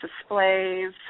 displays